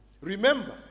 Remember